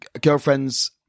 girlfriend's